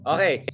Okay